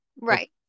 Right